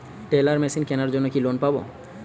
Teller machine কেনার জন্য কি লোন পাব?